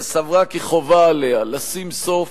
וסברה כי חובה עליה לשים סוף